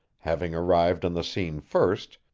having arrived on the scene first,